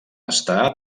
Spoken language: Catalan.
estar